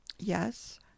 Yes